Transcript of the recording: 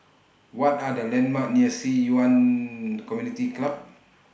What Are The landmarks near Ci Yuan Community Club